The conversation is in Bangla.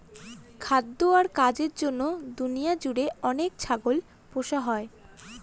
খাদ্য আর কাজের জন্য দুনিয়া জুড়ে অনেক ছাগল পোষা হয়